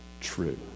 true